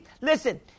listen